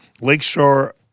Lakeshore